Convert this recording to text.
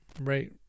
right